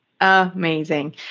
Amazing